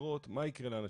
הדירות מה יקרה לאנשים?